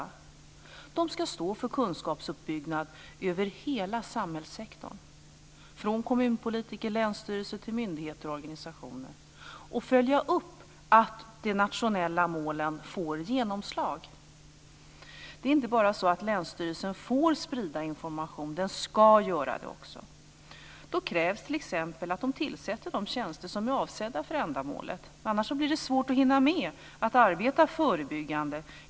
Man ska stå för kunskapsuppbyggnad över hela samhällssektorn, från kommunpolitiker och länsstyrelser till myndigheter och organisationer och följa upp att de nationella målen får genomslag. Det är inte bara så att länsstyrelsen får sprida information. Den ska göra det också. Då krävs t.ex. att man tillsätter de tjänster som är avsedda för ändamålet. Annars blir det svårt att hinna med att arbeta förebyggande.